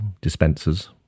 dispensers